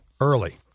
early